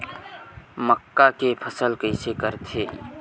मक्का के फसल कइसे करथे?